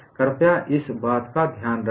कृपया इस बात का ध्यान रखना